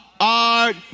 art